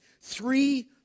three